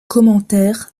commentaires